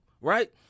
right